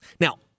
Now